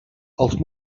els